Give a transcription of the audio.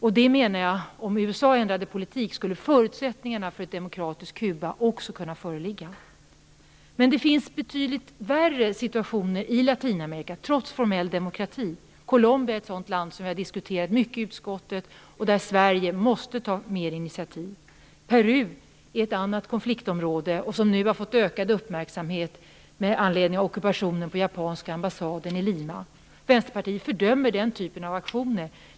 Jag menar att om USA ändrade politik skulle förutsättningarna för ett demokratiskt Kuba också kunna föreligga. Men det finns betydligt värre situationer i Latinamerika, trots formell demokrati. Colombia är ett land som vi har diskuterat mycket i utskottet. Där måste Sverige ta fler initiativ. Peru är ett annat konfliktområde, som nu har fått ökad uppmärksamhet med anledning av ockupationen på japanska ambassaden i Lima. Vänsterpartiet fördömer den typen av aktioner.